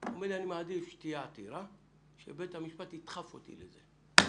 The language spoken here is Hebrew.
הוא היה אומר לי: אני מעדיף שתהיה עתירה ושבית המשפט יידחף אותי לזה.